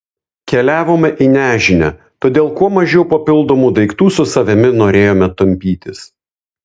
keliavome į nežinią todėl kuo mažiau papildomų daiktų su savimi norėjome tampytis